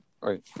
Right